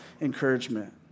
encouragement